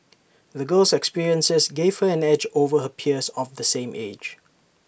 the girl's experiences gave her an edge over her peers of the same age